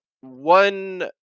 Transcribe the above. one